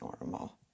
normal